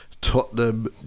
Tottenham